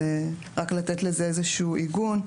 רק לתת לזה איזה עיגון.